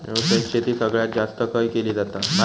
व्यावसायिक शेती सगळ्यात जास्त खय केली जाता?